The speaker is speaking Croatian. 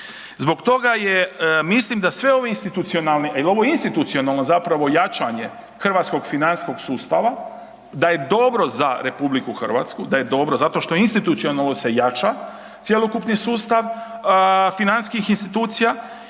Zbog toga je, mislim da sve ove institucionalne, ovo je institucionalno zapravo jačanje hrvatskog financijskog sustava da je dobro za RH, da je dobro zato što institucionalno se jača cjelokupni sustav financijskih institucija